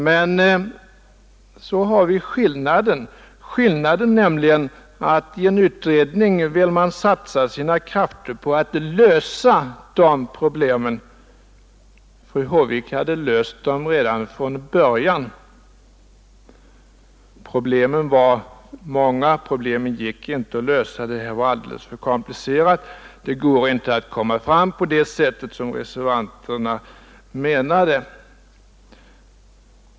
Men så har vi skillnaden. I en utredning satsar man sina krafter på att lösa problemen, men fru Håvik hade löst dem redan från början. Problemen var många, menade hon. De 115 gick inte att lösa. De var alldeles för komplicerade. Det skulle enligt fru Håvik inte gå att komma fram på det sätt som reservanterna tänker sig.